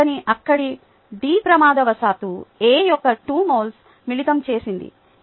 అతని అక్క డీ డీ ప్రమాదవశాత్తు A యొక్క 2 మోల్స్ మిళితం చేసింది